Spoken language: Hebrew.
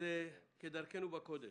כדרכנו בקודש,